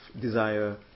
desire